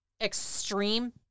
extreme